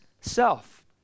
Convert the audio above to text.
self